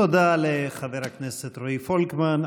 תודה לחבר הכנסת רועי פולקמן.